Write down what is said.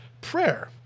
prayer